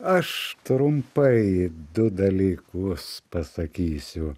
aš trumpai du dalykus pasakysiu